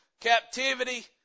captivity